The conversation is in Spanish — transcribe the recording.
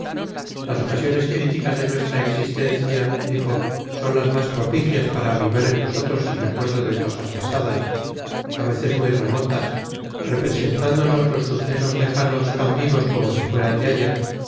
las ocasiones críticas de nuestra existencia dijo son las más propicias para avivar en nosotros el recuerdo de cosas pasadas a veces muy remotas representándonos los sucesos lejanos tan vivos como si fueran de ayer